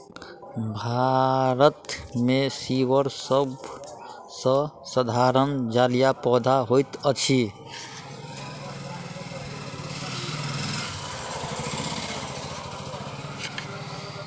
भारत मे सीवर सभ सॅ साधारण जलीय पौधा होइत अछि